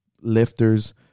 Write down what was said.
Lifters